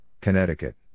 Connecticut